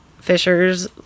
Fisher's